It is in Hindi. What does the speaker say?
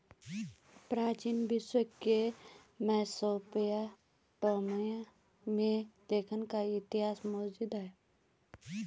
प्राचीन विश्व के मेसोपोटामिया में लेखांकन का इतिहास मौजूद है